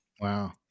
Wow